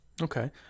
Okay